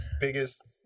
biggest